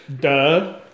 Duh